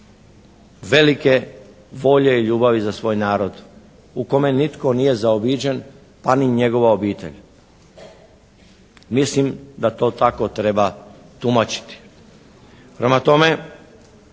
velike volje i ljubavi za svoj narod u kome nitko nije zaobiđen, pa ni njegova obitelj. Mislim da to tako treba tumačiti. Prema tome,